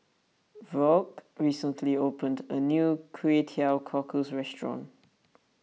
Vaughn recently opened a new Kway Teow Cockles restaurant